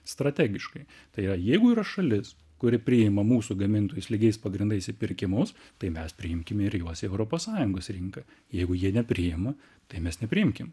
strategiškai tai yra jeigu yra šalis kuri priima mūsų gamintojus lygiais pagrindais į pirkimus tai mes priimkim ir juos į europos sąjungos rinką jeigu jie nepriima tai mes nepriimkim